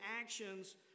actions